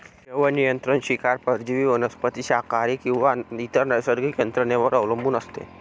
जैवनियंत्रण शिकार परजीवी वनस्पती शाकाहारी किंवा इतर नैसर्गिक यंत्रणेवर अवलंबून असते